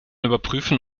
überprüfen